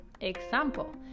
Example